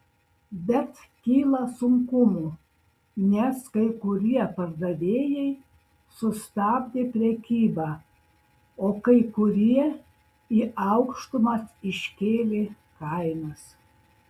bet kyla sunkumų nes kai kurie pardavėjai sustabdė prekybą o kai kurie į aukštumas iškėlė kainas